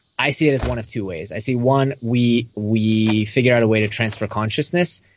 i see it as one of two ways. i see one, we we figured out a way to transfer consciousness,